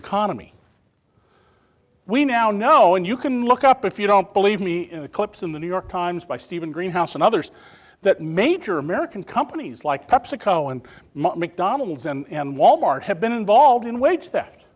economy we now know and you can look up if you don't believe me in the clips in the new york times by steven greenhouse and others that major american companies like pepsico and mcdonald's and wal mart have been involved in wage theft